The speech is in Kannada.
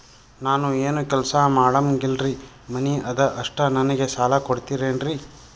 ನಾನು ಏನು ಕೆಲಸ ಮಾಡಂಗಿಲ್ರಿ ಮನಿ ಅದ ಅಷ್ಟ ನನಗೆ ಸಾಲ ಕೊಡ್ತಿರೇನ್ರಿ?